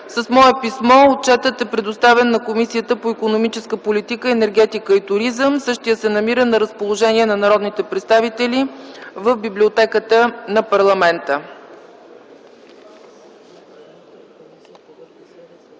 С мое писмо отчетът е предоставен на Комисията по икономическата политика, енергетика и туризъм. Същият се намира на разположение на народните представители в Библиотеката на парламента.